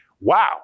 Wow